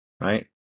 right